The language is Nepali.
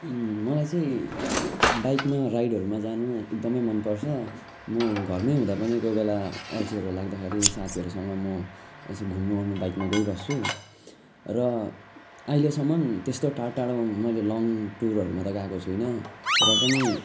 मलाई चाहिँ बाइकमा राइडहरूमा जानु एकदमै मन पर्छ म घरमै हुँदा पनि कोही बेला अल्छीहरू लाग्दाखेरि साथीहरूसँग म यसो घुम्नु ओर्नु बाइकमा गइबस्छु र अहिलेसम्म त्यस्तो टाढो टाढो मैले लङ टुरहरूमा त गएको छुइनँ र पनि